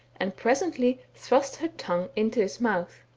and presently thrust her tongue into his mouth.